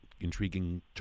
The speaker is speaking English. intriguing